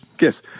Yes